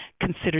consider